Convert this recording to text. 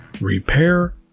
repair